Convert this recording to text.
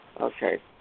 okay